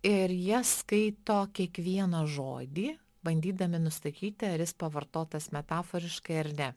ir jie skaito kiekvieną žodį bandydami nustakyti ar jis pavartotas metaforiškai ar ne